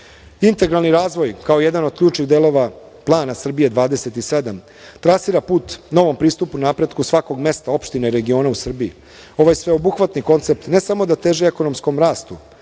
društva. Integralni razvoj kao jedan od ključnih delova plana Srbije 27 trasira put novom pristupu napretku svakog mesta, opštine, regiona u Srbiji. Ovo je sveobuhvatni koncept i ne samo da teži ekonomskom rastu,